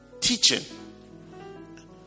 teaching